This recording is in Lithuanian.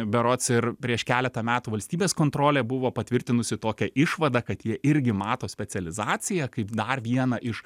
berods ir prieš keletą metų valstybės kontrolė buvo patvirtinusi tokią išvadą kad jie irgi mato specializaciją kaip dar vieną iš